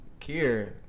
Kier